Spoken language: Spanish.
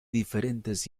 diferentes